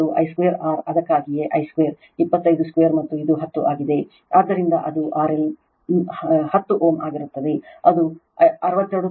ಮತ್ತುPI2 R ಅದಕ್ಕಾಗಿಯೇ I 2 25 2 ಮತ್ತು ಇದು 10 ಆಗಿದೆ ಆದ್ದರಿಂದ ಅದು RL 10Ω ಆಗಿರುತ್ತದೆ ಅದು 62